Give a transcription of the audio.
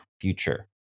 future